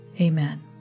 Amen